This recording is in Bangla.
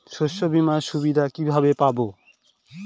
শস্যবিমার সুবিধা কিভাবে পাবো?